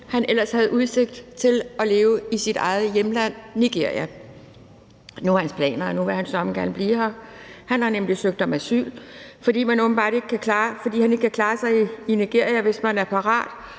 havde udsigt til at leve i sit eget hjemland, Nigeria. Nu er hans planer, at han søreme gerne blive her. Han har nemlig søgt om asyl, fordi man åbenbart ikke kan klare sig i Nigeria, hvis man er pirat,